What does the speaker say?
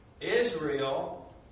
Israel